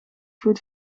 goed